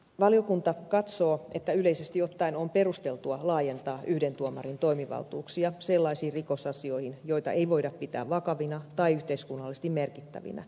valiokunta katsoo että yleisesti ottaen on perusteltua laajentaa yhden tuomarin toimivaltuuksia sellaisiin rikosasioihin joita ei voida pitää vakavina tai yhteiskunnallisesti merkittävinä